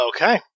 Okay